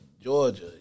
Georgia